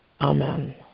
amen